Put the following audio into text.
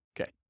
Okay